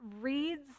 reads